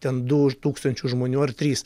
ten du už tūkstančių žmonių ar trys